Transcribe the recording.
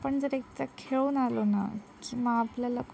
आपण जर एकदा खेळून आलो ना की मग आपल्याला खूप